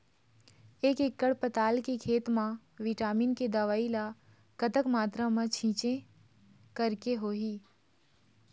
एक एकड़ पताल के खेत मा विटामिन के दवई ला कतक मात्रा मा छीचें करके होही?